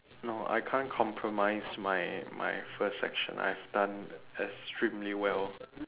no I can't compromise my my first section I've done extremely well